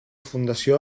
fundació